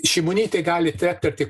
šimonytė gali treptelti